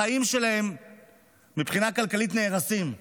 החיים שלהם מבחינה כלכלית נהרסים.